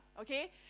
Okay